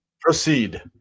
Proceed